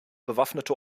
bewaffnete